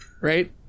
right